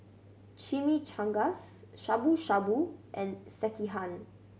Chimichangas Shabu Shabu and Sekihan